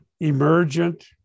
emergent